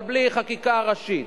אבל בלי חקיקה ראשית,